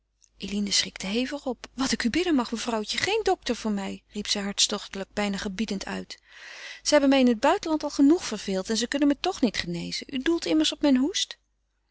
eline schrikte hevig op wat ik u bidden mag mevrouwtje geen dokter voor mij riep zij hartstochtelijk bijna gebiedend uit ze hebben mij in het buitenland al genoeg verveeld en ze kunnen mij toch niet genezen u doelt immers op mijn hoest